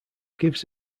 gives